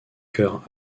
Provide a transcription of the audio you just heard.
chœur